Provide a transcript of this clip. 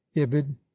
Ibid